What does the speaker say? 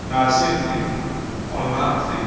नारजि ओंख्रि अनला ओंख्रि